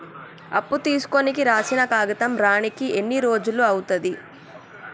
అప్పు తీసుకోనికి రాసిన కాగితం రానీకి ఎన్ని రోజులు అవుతది?